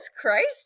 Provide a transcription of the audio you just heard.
christ